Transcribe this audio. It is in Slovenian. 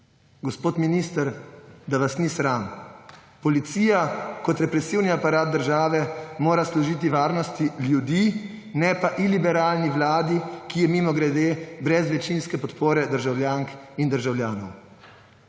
Gospod minister, da vas ni sram. Policija kot represivni aparat države mora služiti varnosti ljudi, ne pa iliberalni vladi, ki je, mimogrede, brez večinske podpore državljank in državljanov.